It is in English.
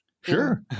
Sure